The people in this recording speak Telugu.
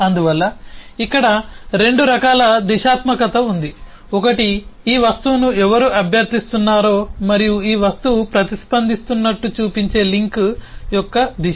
అందువల్ల ఇక్కడ రెండు రకాల దిశాత్మకత ఉంది ఒకటి ఈ వస్తువును ఎవరు అభ్యర్థిస్తున్నారో మరియు ఈ వస్తువు ప్రతిస్పందిస్తున్నట్లు చూపించే లింక్ యొక్క దిశ